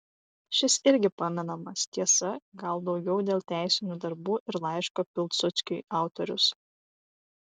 šis irgi pamenamas tiesa gal daugiau dėl teisinių darbų ir laiško pilsudskiui autorius